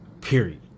Period